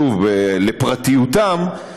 לפרטיותם,